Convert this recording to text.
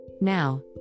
Now